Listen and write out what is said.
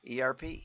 erp